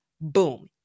Boom